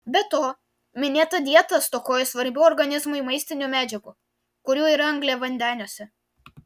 be to minėta dieta stokoja svarbių organizmui maistinių medžiagų kurių yra angliavandeniuose